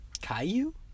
Caillou